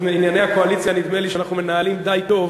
את ענייני הקואליציה נדמה לי שאנחנו מנהלים די טוב,